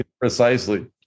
Precisely